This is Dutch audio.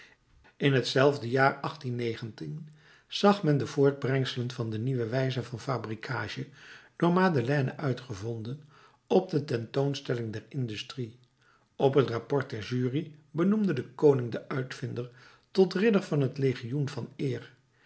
in hetzelfde jaar zag men de voortbrengselen van de nieuwe wijze van fabrikage door madeleine uitgevonden op de tentoonstelling der industrie op het rapport der jury benoemde de koning den uitvinder tot ridder van het legioen van eer